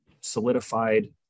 solidified